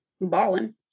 Balling